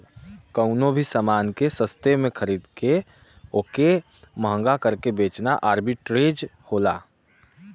कउनो भी समान के सस्ते में खरीद के वोके महंगा करके बेचना आर्बिट्रेज होला